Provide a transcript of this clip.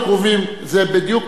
זה בדיוק בדרך בינינו,